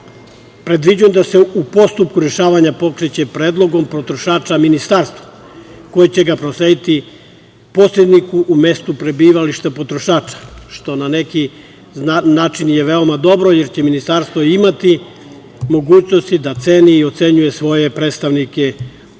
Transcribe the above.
je da se postupak rešavanja pokreće predlogom potrošača ministarstvu koje će ga proslediti posredniku u mestu prebivališta potrošača, što na neki način je veoma dobro, jer će Ministarstvo imati mogućnosti da ceni i ocenjuje svoje predstavnike u lokalnim